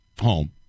home